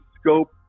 scope